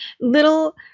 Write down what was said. little